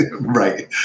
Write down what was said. Right